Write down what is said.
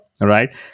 right